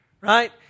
right